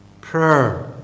prayer